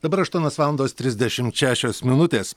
dabar aštuonios valandos trisdešimt šešios minutės